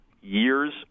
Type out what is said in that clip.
years